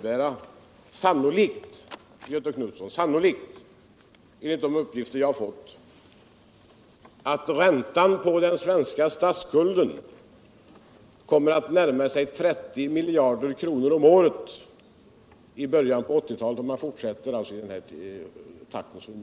- sannolikt, Göthe Knutson —- kommer att innebära, enligt de uppgifter jag hur fått. att räntan på den svenska statsskulden blir 30 miljarder kronor om året i början på 1980-talet om vi fortsätter i den här takten.